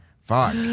Fuck